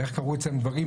ואיך קרו אצלם דברים,